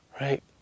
right